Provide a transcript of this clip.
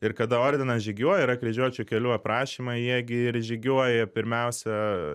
ir kada ordinas žygiuoja yra kryžiuočių kelių aprašymai jie gi ir žygiuoja pirmiausia